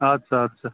اَدٕ سا اَدٕ سا